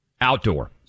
Outdoor